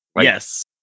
Yes